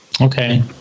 Okay